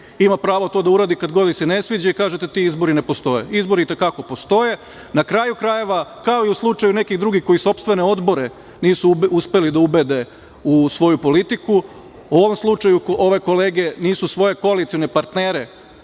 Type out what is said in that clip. ima pravo to da uradi kad god joj se ne sviđa i kažete ti izbori ne postoje. Izbori i te kako postoje. Na kraju krajeva, kao i u slučaju nekih drugih koji sopstvene odbore nisu uspeli da ubede u svoju politiku, u ovom slučaju ove kolege nisu svoje koalicione partnere